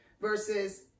Versus